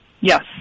Yes